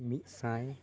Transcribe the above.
ᱢᱤᱫ ᱥᱟᱭ